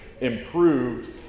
improved